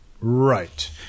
Right